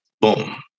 Boom